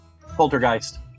Poltergeist